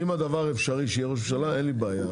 אם הדבר אפשרי שיהיה ראש ממשלה, אין לי בעיה.